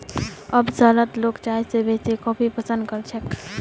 अब शहरत लोग चाय स बेसी कॉफी पसंद कर छेक